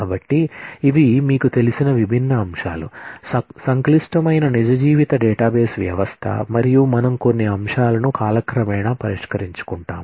కాబట్టి ఇవి మీకు తెలిసిన విభిన్న అంశాలు సంక్లిష్టమైన నిజ జీవిత డేటాబేస్ వ్యవస్థ మరియు మనం కొన్ని అంశాలను కాలక్రమేణా పరిష్కరించుకుంటాము